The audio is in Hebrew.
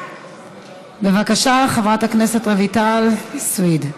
בבקשה, חברת הכנסת רויטל סויד,